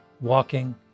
walking